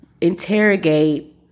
interrogate